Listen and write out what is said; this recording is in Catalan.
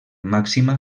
màxima